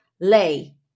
lay